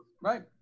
right